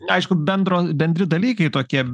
aišku bendro bendri dalykai tokie